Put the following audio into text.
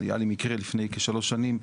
היה לי מקרה לפני כשלוש שנים,